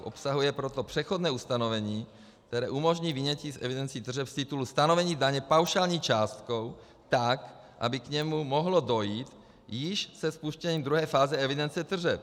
Obsahuje proto přechodné ustanovení, které umožní vynětí z evidencí tržeb z titulu stanovení daně paušální částkou tak, aby k němu mohlo dojít již se spuštěním druhé fáze evidence tržeb.